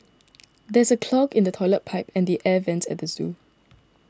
there is a clog in the Toilet Pipe and the Air Vents at the zoo